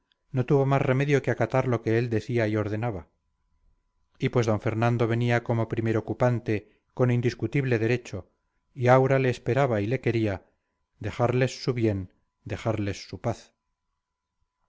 no tuvo más remedio que acatar lo que él decía y ordenaba y pues d fernando venía como primer ocupante con indiscutible derecho y aura le esperaba y le quería dejarles su bien dejarles su paz